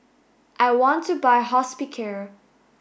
I want to buy Hospicare